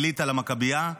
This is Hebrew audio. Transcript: ליטא למכביה,